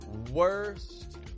worst